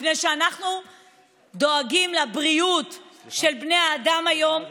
אנחנו דואגים לבריאות של בני האדם היום, אבל